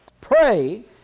Pray